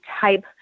type